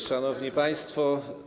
Szanowni Państwo!